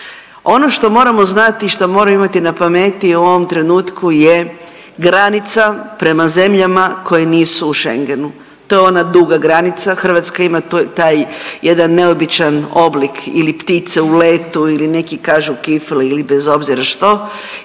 Ono što moramo znati i što moramo imati na pameti u ovom trenutku je granica prema zemljama koje nisu u Schengenu. To je ona duga granica. Hrvatska ima taj jedan neobičan oblik ili ptice u letu ili neki kažu kifle ili bez obzira što